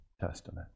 Testament